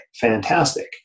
fantastic